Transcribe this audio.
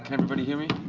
everybody hear me?